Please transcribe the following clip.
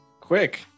quick